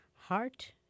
Heart